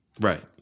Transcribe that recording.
Right